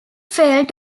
failed